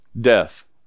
Death